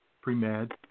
pre-med